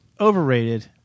Overrated